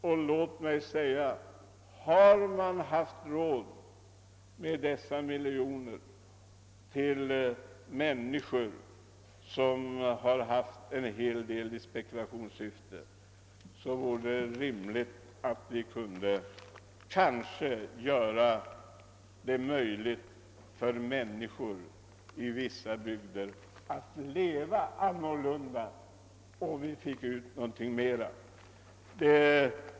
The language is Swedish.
Och låt mig säga: Har man haft råd att betala dessa miljoner till människor, som till betydande del handlat i spekulationssyfte, vore det rimligt att vi också gjorde det möjligt för människorna i vissa bygder att leva annorlunda och få ut någonting mera av tillvaron.